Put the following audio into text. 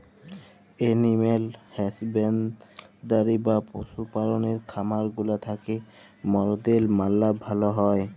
animal husbandry বা পশু পাললের খামার গুলা থ্যাকে মরদের ম্যালা ভাল হ্যয়